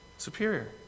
Superior